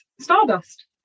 stardust